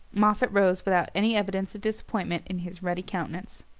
moffatt rose without any evidence of disappointment in his ruddy countenance.